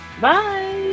Bye